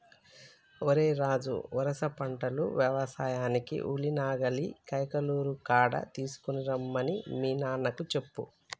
ఓరై రాజు వరుస పంటలు యవసాయానికి ఉలి నాగలిని కైకలూరు కాడ తీసుకురమ్మని మీ నాన్నకు చెప్పు